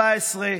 17,